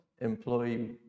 employee